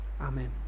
amen